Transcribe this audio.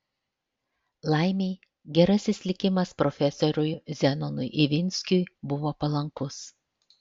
laimei gerasis likimas profesoriui zenonui ivinskiui buvo palankus